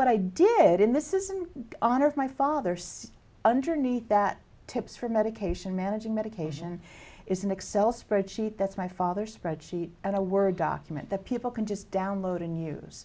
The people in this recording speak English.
what i did in this is an honor of my father so underneath that tips for medication managing medication is an excel spreadsheet that's my father spreadsheet and a word document that people can just download and use